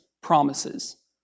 promises